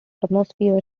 atmosphere